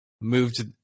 moved